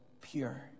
pure